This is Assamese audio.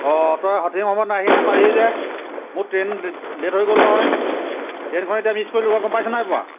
তই সঠিক সময়ত আহি নাপালিহি যে মোৰ ট্ৰেইন লে লেট হৈ গ'ল নহয় ট্ৰেইনখন এতিয়া মিছ কৰিলোঁ নহয় তই গম পাইছনে নাই পোৱা